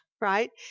right